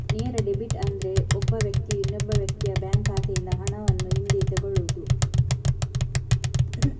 ನೇರ ಡೆಬಿಟ್ ಅಂದ್ರೆ ಒಬ್ಬ ವ್ಯಕ್ತಿಯು ಇನ್ನೊಬ್ಬ ವ್ಯಕ್ತಿಯ ಬ್ಯಾಂಕ್ ಖಾತೆಯಿಂದ ಹಣವನ್ನು ಹಿಂದೆ ತಗೊಳ್ಳುದು